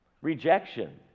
Rejection